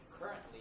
currently